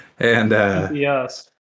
yes